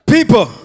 People